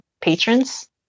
patrons